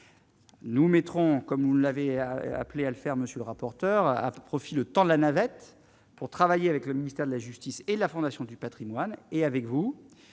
nous mettrons, comme vous l'avez appelé à le faire, monsieur le rapporteur à profit le temps de la navette pour travailler avec le ministère de la justice et la Fondation du Patrimoine, et avec vous,